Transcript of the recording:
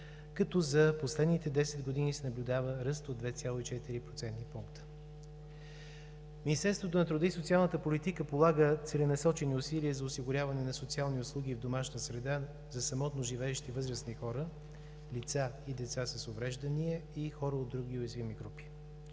като за последните 10 години се наблюдава ръст от 2,4 процентни пункта. Министерството на труда и социалната политика полага целенасочени усилия за осигуряване на социални услуги в домашна среда за самотно живеещи възрастни хора, лица и деца с увреждания и хора от други уязвими групи.